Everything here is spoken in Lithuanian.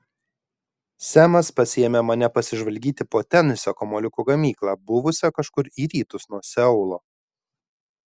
semas pasiėmė mane pasižvalgyti po teniso kamuoliukų gamyklą buvusią kažkur į rytus nuo seulo